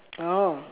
oh